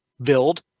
build